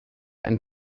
ein